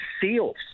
seals